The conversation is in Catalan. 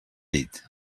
dit